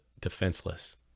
defenseless